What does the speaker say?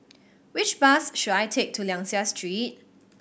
which bus should I take to Liang Seah Street